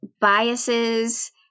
biases